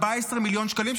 14 מיליון שקלים,